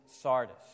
Sardis